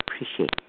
appreciate